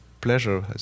Pleasure